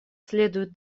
следует